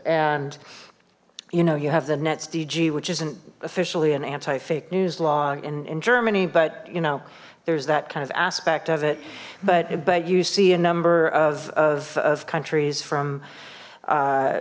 and you know you have the nets dg which isn't officially an anti fake news law in in germany but you know there's that kind of aspect of it but but you see a number of countries from